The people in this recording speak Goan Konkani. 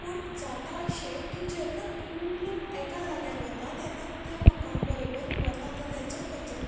पूण जाता अशें की जेन्ना खूब लोग एका जाग्यार वता तेन्ना त्या लोकां बरोबर वता तो तेंचो कचरो